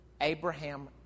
Abraham